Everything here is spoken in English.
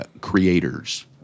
creators